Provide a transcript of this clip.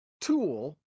tool